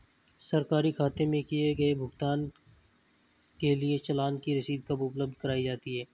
सरकारी खाते में किए गए भुगतान के लिए चालान की रसीद कब उपलब्ध कराईं जाती हैं?